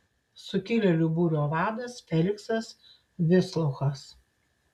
sukilėlių būrio vadas feliksas vislouchas